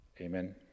Amen